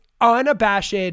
unabashed